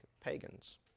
pagans